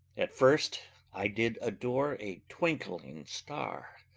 at first i did adore a twinkling star,